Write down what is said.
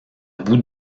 bout